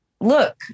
look